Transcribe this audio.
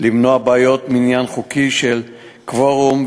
ולמנוע בעיות מניין חוקי של קוורום,